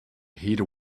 heather